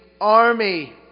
army